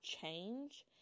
change